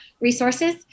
resources